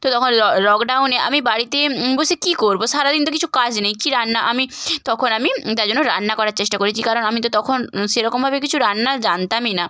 তো তখন ল লকডাউনে আমি বাড়িতে বসে কী করব সারা দিন তো কিছু কাজ নেই কী রান্না আমি তখন আমি তাই জন্য রান্না করার চেষ্টা করেছি কারণ আমি তো তখন সেরকমভাবে কিছু রান্না জানতামই না